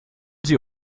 sie